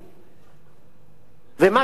ומה שאנחנו באים פה לעשות